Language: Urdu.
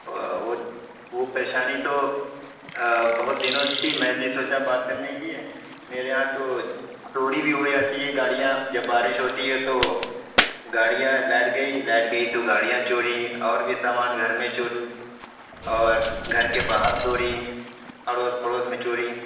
وہ وہ پریشانی تو بہت دنوں سے تھی میں بھی سوچا بات کرنے کی میرے یہاں تو چوری بھی ہو جاتی ہے گاڑیاں جب بارش ہوتی ہے تو گاڑیاں لائٹ گئی لائٹ گئی تو گاڑیاں چوری اور بھی سامان گھر میں چوری اور گھر کے باہر چوری اڑوس پڑوس میں چوری